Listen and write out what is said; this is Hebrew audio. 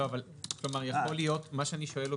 אני שואל,